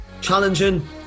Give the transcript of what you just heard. Challenging